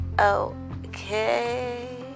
okay